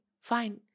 fine